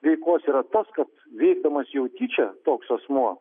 veikos yra tas kad veikdamas jau tyčia toks asmuo